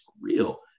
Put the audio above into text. real